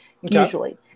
usually